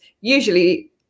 usually –